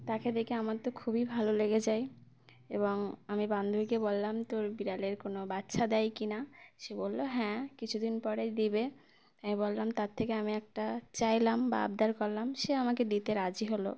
তাকে দেখে আমার তো খুবই ভালো লেগে যায় এবং আমি বান্ধবীকে বললাম তোর বিড়ালের কোনো বাচ্চা দেয় কি না সে বললো হ্যাঁ কিছুদিন পরে দিবে আমি বললাম তার থেকে আমি একটা চাইলাম বা আবদার করলাম সে আমাকে দিতে রাজি হলো